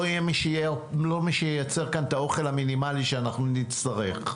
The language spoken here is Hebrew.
יהיה מי שייצר כאן את האוכל המינימלי שאנחנו נצטרך.